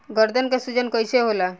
गर्दन के सूजन कईसे होला?